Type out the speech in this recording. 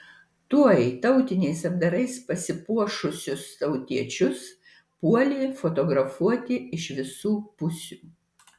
tuoj tautiniais apdarais pasipuošusius tautiečius puolė fotografuoti iš visų pusių